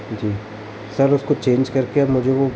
जी sir उसको change करके अब मुझे वो